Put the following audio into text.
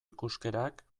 ikuskerak